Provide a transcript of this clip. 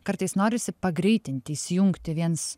kartais norisi pagreitinti įsijungti viens